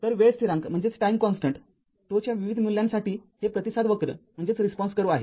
तर वेळ स्थिरांक ζ च्या विविध मूल्यांसाठी हे प्रतिसाद वक्र आहे